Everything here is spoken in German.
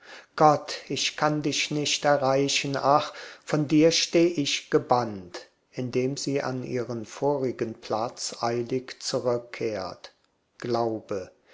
gott ich kann dich nicht erreichen ach von dir steh ich gebannt indem sie an ihren vorigen platz eilig zurückkehrt glaube